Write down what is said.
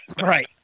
Right